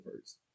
first